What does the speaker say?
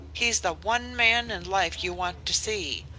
he's the one man in life you want to see!